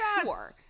sure